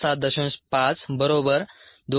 07t t 25